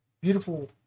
beautiful